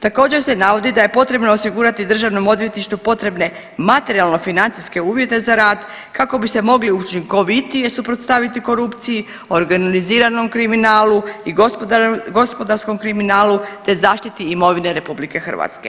Također, se navodi da je potrebno osigurati DORH-u potrebne materijalno-financijske uvjete za rad kako bi se mogli učinkovitije suprotstaviti korupciji, organiziranom kriminalu i gospodarskom kriminalu te zaštiti imovini RH.